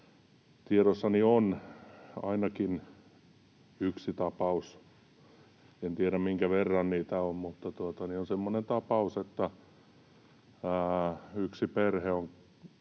tiedossani on ainakin yksi tapaus — en tiedä, minkä verran niitä on, mutta on semmoinen tapaus — että yksi perhe on